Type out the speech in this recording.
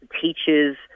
teachers